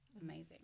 amazing